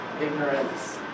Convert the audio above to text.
ignorance